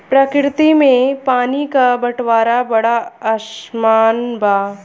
प्रकृति में पानी क बंटवारा बड़ा असमान बा